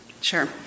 Sure